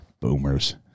Boomers